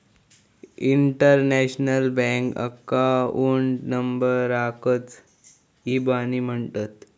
international bank account नंबराकच इबानी म्हणतत